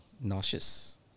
nauseous